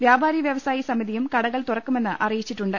വ്യാപാരി വ്യവസായി സമിതിയും കടകൾ തുറക്കുമെന്ന് അറിയി ച്ചിട്ടുണ്ട്